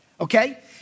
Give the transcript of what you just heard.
okay